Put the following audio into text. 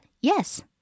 yes